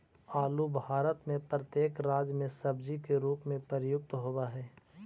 आलू भारत में प्रत्येक राज्य में सब्जी के रूप में प्रयुक्त होवअ हई